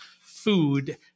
food